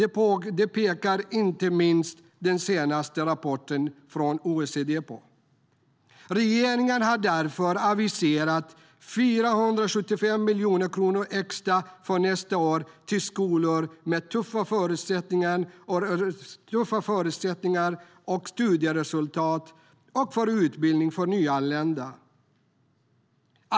Det pekar inte minst den senaste rapporten från OECD på. Regeringen har därför aviserat 475 miljoner kronor extra för nästa år till skolor med tuffa förutsättningar och svaga studieresultat och för utbildning av nyanlända.